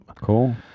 Cool